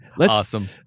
Awesome